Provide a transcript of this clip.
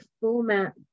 format